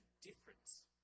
difference